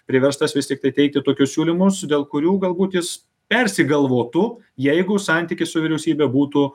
priverstas vis tiktai teikti tokius siūlymus dėl kurių galbūt jis persigalvotų jeigu santykis su vyriausybe būtų